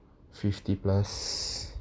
fifty plus